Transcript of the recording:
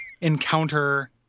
encounter